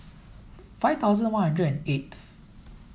five thousand one hundred and eighth